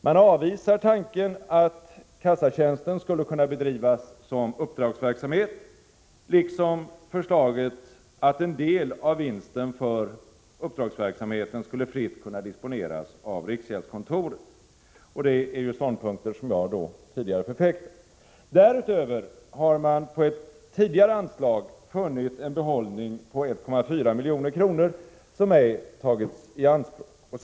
Man avvisar tanken att kassatjänsten skulle kunna bedrivas som uppdragsverksamhet, liksom förslaget att en del av vinsten för uppdragsverksamheten skulle fritt kunna disponeras av riksgäldskontoret. Detta är ståndpunkter som jag tidigare har förfäktat. Därutöver har man på ett tidigare anslag funnit en behållning på 1,4 milj.kr. som ej tagits i anspråk.